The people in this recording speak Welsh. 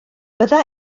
bydda